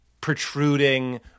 protruding